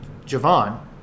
Javon